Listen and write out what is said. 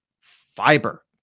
Fiber